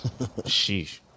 Sheesh